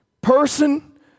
person